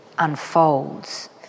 unfolds